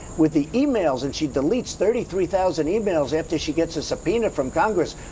with the emails and she deletes thirty three thousand emails after she gets a subpoena from congress,